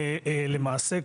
למעשה,